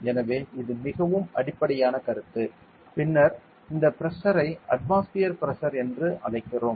எனவே இது மிகவும் அடிப்படையான கருத்து பின்னர் இந்த பிரஷரை அட்மாஸ்பியர் பிரஷர் என்று அழைக்கிறோம்